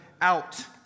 out